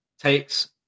takes